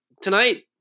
tonight